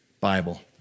Bible